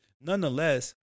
nonetheless